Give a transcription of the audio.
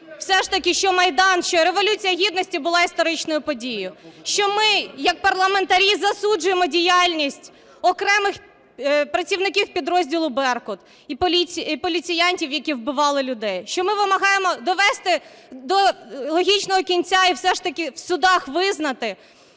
все ж таки, що Майдан, що Революція Гідності була історичною подією, що ми як парламентарі засуджуємо діяльність окремих працівників підрозділу "Беркут" і поліціантів, які вбивали людей. Що ми вимагаємо довести до логічного кінця і все ж таки в судах визнати,